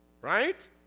Right